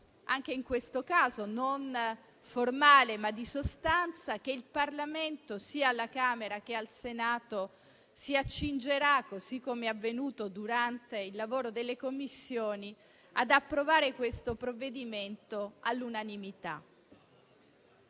anche in questo caso non formale, ma di sostanza, che il Parlamento, sia alla Camera sia al Senato, si accinga - così com'è avvenuto durante il lavoro delle Commissioni - ad approvare questo provvedimento all'unanimità.